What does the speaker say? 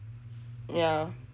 yah